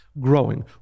growing